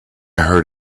heard